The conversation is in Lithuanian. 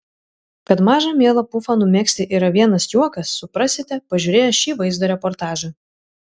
kad mažą mielą pufą numegzti yra vienas juokas suprasite pažiūrėję šį vaizdo reportažą